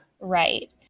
Right